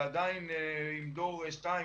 ועדיין היא דור 2,